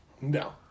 No